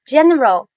General